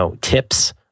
tips